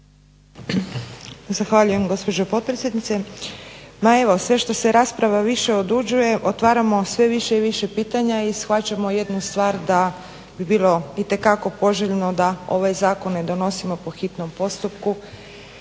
Zahvaljujem gospođo potpredsjednice. Ma evo, sve što se rasprava više odužuje otvaramo sve više i više pitanja i shvaćamo jednu stvar, da bi bilo itekako poželjno da ovaj zakon ne donosimo po hitnom postupku